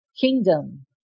kingdom